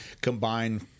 combine